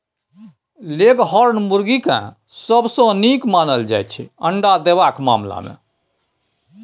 leghorn मुरगी केँ सबसँ नीक मानल जाइ छै अंडा देबाक मामला मे